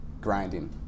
grinding